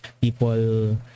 people